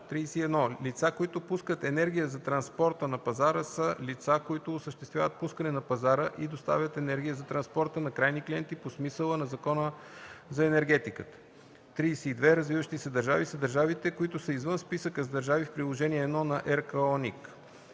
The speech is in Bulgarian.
31. „Лица, които пускат енергия за транспорта на пазара” са лица, които осъществяват пускане на пазара и доставят енергия за транспорта на крайни клиенти по смисъла на Закона за енергетиката. 32. „Развиващи се държави” са държавите, които са извън списъка с държави в Приложение № 1 на РКОНИК.